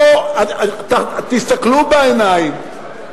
תסתכלו בעיניים,